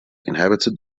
inhabited